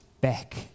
back